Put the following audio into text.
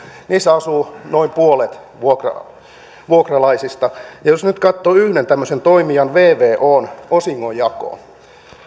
asuu noin puolet vuokralaisista ja jos nyt katsoo yhden tämmöisen toimijan vvon osingonjakoa